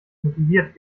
motiviert